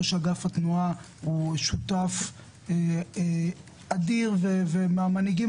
ראש אגף התנועה הוא שותף אדיר ומהמנהיגים